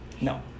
No